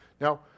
Now